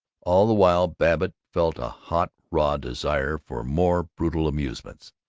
all the while babbitt felt a hot raw desire for more brutal amusements.